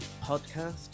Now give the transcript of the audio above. podcast